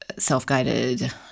self-guided